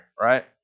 right